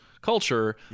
culture